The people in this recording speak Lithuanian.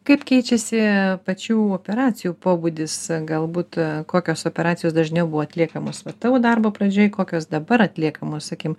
kaip keičiasi pačių operacijų pobūdis galbūt kokios operacijos dažniau buvo atliekamos va tavo darbo pradžioj kokios dabar atliekamos sakykim